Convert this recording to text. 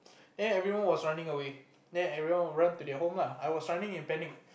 then everyone was running away then everyone run to their home lah I was running in panic